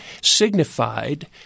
signified